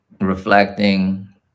reflecting